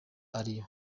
ariyo